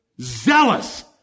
zealous